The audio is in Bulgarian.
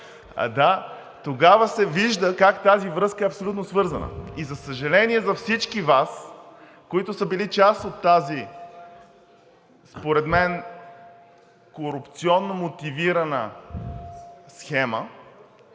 да, – тогава се вижда как тази връзка е абсолютно свързана. И за съжаление, във всички Вас, които са били част от тази според мен корупционномотивирана схема,